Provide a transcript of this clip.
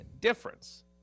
difference